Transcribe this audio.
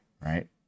right